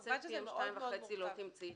נגיד,